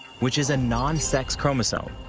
which is a non-sex chromosome.